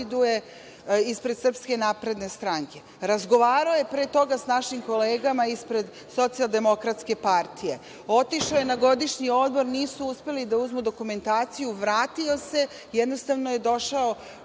kandiduje ispred SNS. Razgovarao je pre toga sa našim kolegama ispred Socijaldemokratske partije. Otišao je na godišnji odmor i nisu uspeli da uzmu dokumentaciju. Vratio se i jednostavno je došao